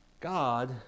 God